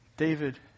David